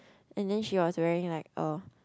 and then she was wearing like oh